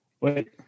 Wait